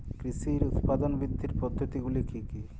কৃষির উৎপাদন বৃদ্ধির পদ্ধতিগুলি কী কী?